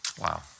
Wow